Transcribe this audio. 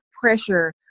pressure